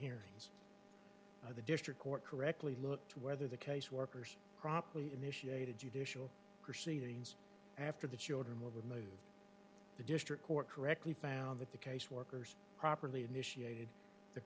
here the district court correctly looked whether the caseworkers properly initiated judicial proceedings after the children were with the district court correctly found that the caseworkers properly initiated the